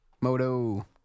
Moto